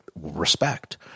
respect